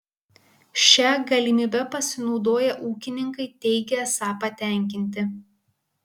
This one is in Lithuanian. šia galimybe pasinaudoję ūkininkai teigia esą patenkinti